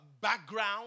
background